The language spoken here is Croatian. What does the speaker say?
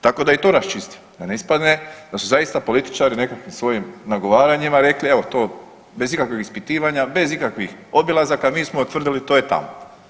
Tako da i to raščistimo da ne ispadne da su zaista političari nekim svojim nagovaranjima rekli evo to bez ikakvih ispitivanja, bez ikakvih obilazaka mi smo utvrdili to je tamo.